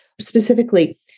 Specifically